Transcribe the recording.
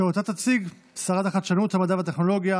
שאותה תציג שרת החדשנות, המדע והטכנולוגיה